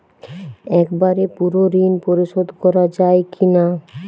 একবারে পুরো ঋণ পরিশোধ করা যায় কি না?